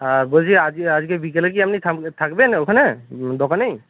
আর বলছি আজ আজকে বিকেলে কি আপনি থাকবেন ওখানে দোকানেই